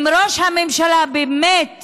אם ראש הממשלה, באמת